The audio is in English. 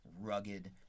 rugged